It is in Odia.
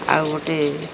ଆଉ ଗୋଟେ